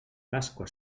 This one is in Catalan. pasqua